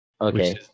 okay